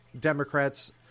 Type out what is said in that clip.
Democrats